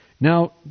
Now